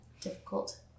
difficult